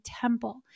temple